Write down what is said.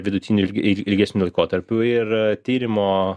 vidutini il ilgesniu laikotarpiu ir tyrimo